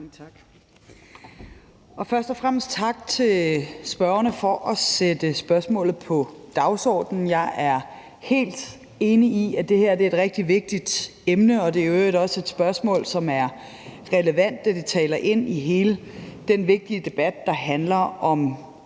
tak til spørgerne for at sætte spørgsmålet på dagsordenen. Jeg er helt enig i, at det her er et rigtig vigtigt emne, og det er i øvrigt også et spørgsmål, som er relevant, da det taler ind i hele den vigtige debat, der handler om,